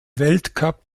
weltcup